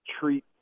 treat